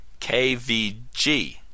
KVG